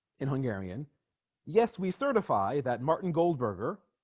in hungarian yes we certify that martin goldberger